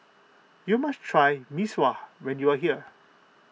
you must try Mee Sua when you are here